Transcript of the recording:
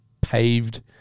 paved